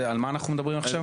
על מה אנחנו מדברים עכשיו,